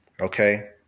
Okay